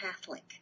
Catholic